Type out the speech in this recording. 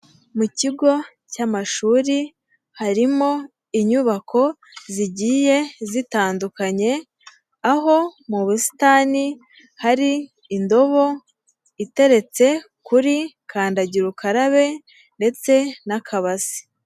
Mu kigo cy'amashuri harimo inyubako zigiye zitandukanye, aho mu busitani hari indobo iteretse kuri kandagira ukarabe ndetse n'akabasi.